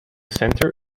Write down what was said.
centre